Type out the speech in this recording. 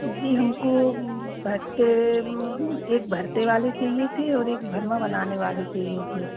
जी हमको भट्टे एक भरते वाले चाहिए थी और एक भरमा बनाने वाले चाहिए थे